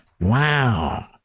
Wow